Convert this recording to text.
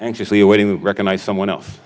anxiously awaiting recognize someone else